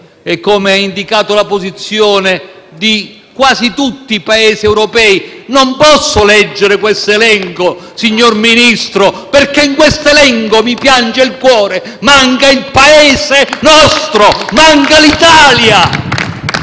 e come indicato dalla posizione di quasi tutti i Paesi europei. Non posso leggere questo elenco, signor Ministro, perché in questo elenco - mi piange il cuore - manca il nostro Paese, manca l'Italia!